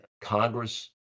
Congress